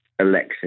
Alexis